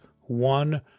one